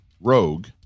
Rogue